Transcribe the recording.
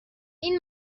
این